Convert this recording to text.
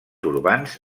urbans